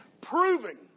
proving